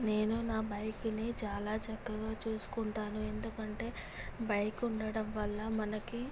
నేను నా బైక్ని చాలా చక్కగా చూసుకుంటాను ఎందుకంటే బైక్ ఉండడం వల్ల మనకి